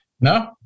No